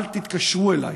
אל תתקשרו אליי.